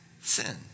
sin